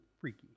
freaky